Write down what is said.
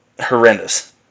Horrendous